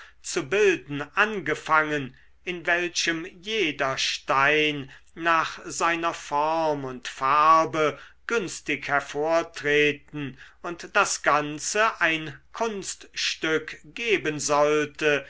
zu bilden angefangen in welchem jeder stein nach seiner form und farbe günstig hervortreten und das ganze ein kunststück geben sollte